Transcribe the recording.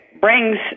brings